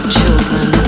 children